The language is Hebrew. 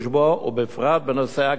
ובפרט בנושא הקרינה.